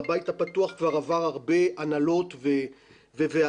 והבית הפתוח עבר כבר הרבה הנהלות וועדים,